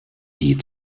die